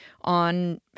on